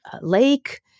lake